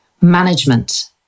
management